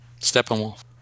Steppenwolf